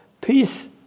peace